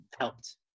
helped